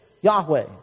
Yahweh